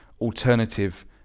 Alternative